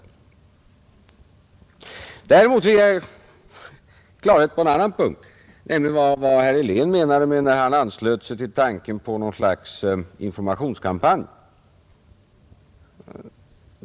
Däremot fick jag klarhet på en annan punkt, nämligen vad herr Helén avsåg när han anslöt sig till tanken på något slags informationskampanj.